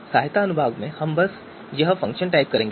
सहायता अनुभाग में हम बस यह फ़ंक्शन टाइप करेंगे